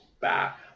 back